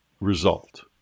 result